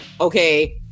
Okay